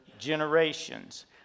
generations